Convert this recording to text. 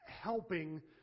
helping